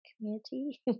community